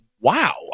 Wow